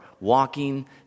walking